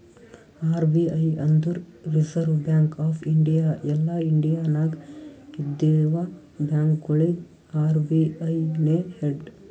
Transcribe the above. RBI ಅಂದುರ್ reserve bank of India ಎಲ್ಲಾ India ನಾಗ್ ಇದ್ದಿವ ಬ್ಯಾಂಕ್ಗೊಳಿಗ ಅರ್.ಬಿ.ಐ ನೇ ಹೆಡ್